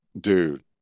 dude